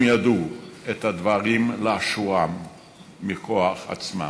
הם ידעו את הדברים לאשורם מכוח עצמם,